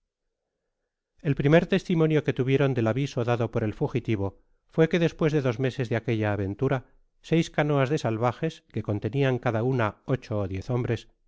el primer testimonio que tuvieron del aviso dado por el fugitivo fué que despues de dos meses de aquella aventura seis canoas de salvajes que contenian cada una ocho ó diez hombres